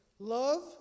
Love